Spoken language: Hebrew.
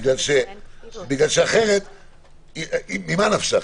כי אחרת ממה נפשך,